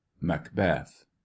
macbeth